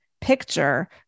picture